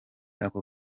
ako